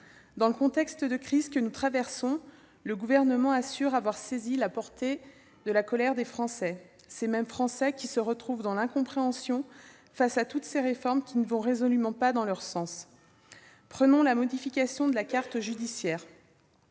Dans le contexte de crise que nous traversons, le Gouvernement assure avoir saisi la portée de la colère des Français. Ces mêmes Français qui se retrouvent dans l'incompréhension face à toutes les réformes qui ne vont résolument pas dans leur sens. Prenons la modification de la carte judiciaire.